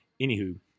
anywho